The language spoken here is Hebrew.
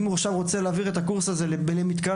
אם הוא רוצה להעביר את הקורס הזה למתקן